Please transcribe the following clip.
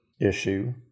issue